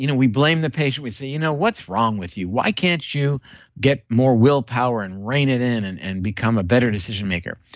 you know we blame the patient. we say, you know what's wrong with you? why can't you get more willpower and rein it in and and become a better decision maker?